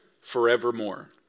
forevermore